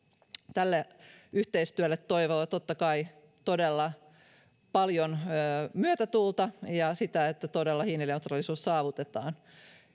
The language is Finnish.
tälle yhteistyölle toivoo totta kai todella paljon myötätuulta ja sitä että hiilineutraalisuus todella saavutetaan